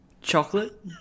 chocolate